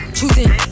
Choosing